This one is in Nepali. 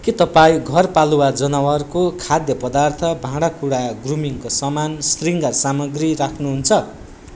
के तपाईँ घरपालुवा जनावरको खाद्य पदार्थ भाँडाकुँडा ग्रुमिङ्गको सामान शृङ्गार सामग्री राख्नुहुन्छ